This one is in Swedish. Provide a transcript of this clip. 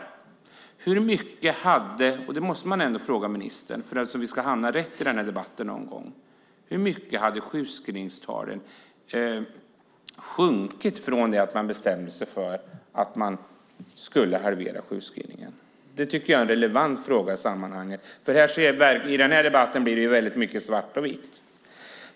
Jag måste ställa en fråga till ministern så att vi ändå hamnar rätt i debatten: Hur mycket hade sjukskrivningstalen sjunkit från det att man bestämde sig för att halvera antalet sjukskrivna? Det är en relevant fråga i sammanhanget eftersom det i den här debatten blir mycket fråga om svart och vitt.